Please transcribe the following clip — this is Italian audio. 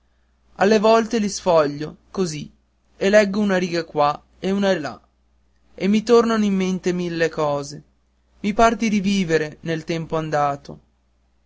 alle volte li sfoglio così e leggo una riga qua e una là e mi tornano in mente mille cose mi par di rivivere nel tempo andato